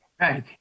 Right